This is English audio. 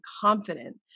confident